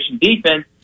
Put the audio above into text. defense